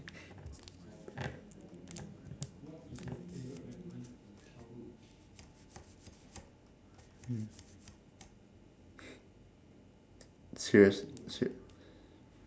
serious ser~